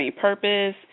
purpose